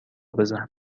بزن